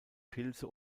pilze